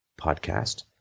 podcast